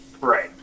Right